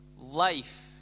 life